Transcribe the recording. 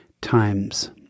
times